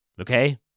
Okay